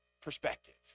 perspective